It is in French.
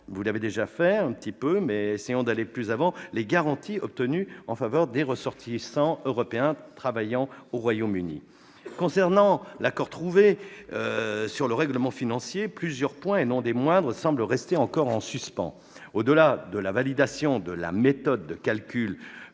pouvez-vous illustrer plus concrètement et détailler plus avant les garanties obtenues en faveur des ressortissants européens travaillant au Royaume-Uni ? Quant à l'accord trouvé sur le règlement financier, plusieurs points et non des moindres semblent restés en suspens. Au-delà de la validation de la méthode de calcul